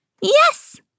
Yes